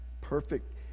perfect